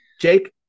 Jake